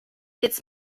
its